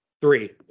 Three